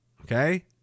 Okay